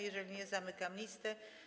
Jeżeli nie, zamykam listę.